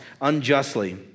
unjustly